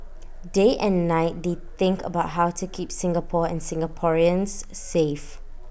day and night they think about how to keep Singapore and Singaporeans safe